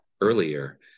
earlier